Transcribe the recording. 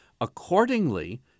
Accordingly